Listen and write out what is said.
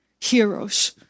heroes